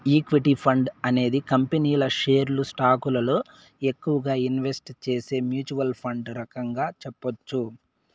equity fund అనేది కంపెనీల షేర్లు స్టాకులలో ఎక్కువగా ఇన్వెస్ట్ చేసే మ్యూచ్వల్ ఫండ్ రకంగా చెప్పొచ్చు